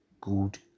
good